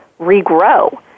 regrow